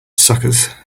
suckers